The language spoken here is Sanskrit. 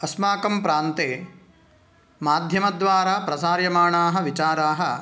अस्माकं प्रान्ते माध्यमद्वारा प्रसार्यमाणाः विचाराः